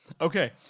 okay